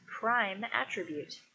primeattribute